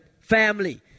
family